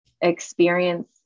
experience